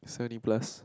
seventy plus